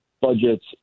budgets